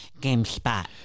GameSpot